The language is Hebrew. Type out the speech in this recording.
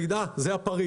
להגיד: זה הפריץ,